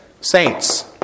Saints